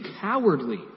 cowardly